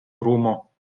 rūmų